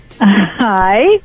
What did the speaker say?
Hi